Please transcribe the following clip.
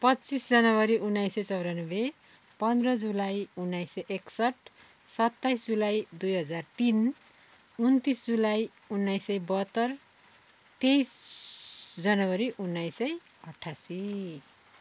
पच्चिस जनवरी उन्नाइस सय चौरानब्बे पन्ध्र जुलाई उन्नाइस सय एकसट्ठ सत्ताइस जुलाई दुई हजार तिन उनन्तिस जुलाई उन्नाइस सय बहत्तर तेइस जनवरी उन्नाइस सय अठासी